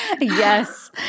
Yes